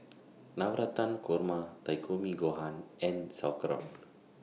Navratan Korma Takikomi Gohan and Sauerkraut